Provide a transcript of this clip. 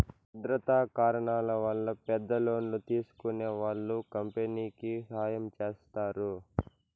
భద్రతా కారణాల వల్ల పెద్ద లోన్లు తీసుకునే వాళ్ళు కంపెనీకి సాయం చేస్తారు